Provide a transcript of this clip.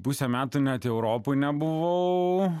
pusę metų net europoje nebuvau